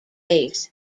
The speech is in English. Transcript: bass